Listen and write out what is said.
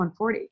140